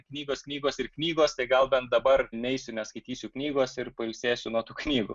knygos knygos ir knygos tai gal bent dabar neisiu neskaitysiu knygos ir pailsėsiu nuo tų knygų